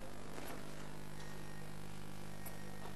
חברי הכנסת, בני משפחת ז'בוטינסקי, זאב וענת,